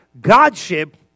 Godship